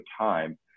time